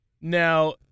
Now